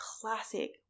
Classic